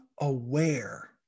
aware